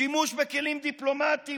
שימוש בכלים דיפלומטיים,